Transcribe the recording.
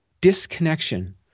disconnection